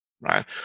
right